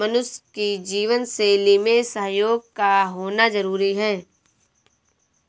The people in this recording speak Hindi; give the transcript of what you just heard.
मनुष्य की जीवन शैली में सहयोग का होना जरुरी है